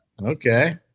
Okay